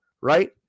right